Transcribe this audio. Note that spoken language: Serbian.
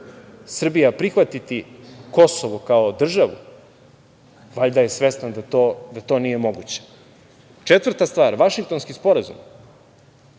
Srbija prihvatiti Kosovo kao državu, valjda je svestan da to nije moguće? Četvrta stvar – Vašingtonski sporazum.